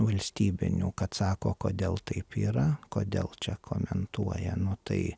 valstybinių kad sako kodėl taip yra kodėl čia komentuoja nu tai